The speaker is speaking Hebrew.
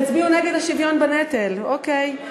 תצביעו נגד השוויון בנטל, אוקיי.